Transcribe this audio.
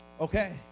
Okay